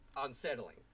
unsettling